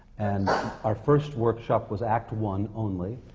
and our first workshop was act one only.